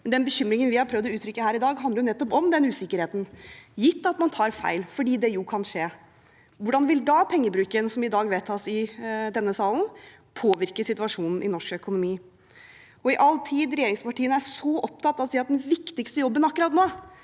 men den bekymringen vi har prøvd å uttrykke her i dag, handler nettopp om den usikkerheten. Gitt at man tar feil, for det jo kan skje: Hvordan vil da pengebruken som i dag vedtas i denne salen, påvirke situasjonen i norsk økonomi – all den tid regjeringspartiene er så opptatt av å si at den viktigste jobben akkurat nå